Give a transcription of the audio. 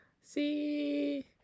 See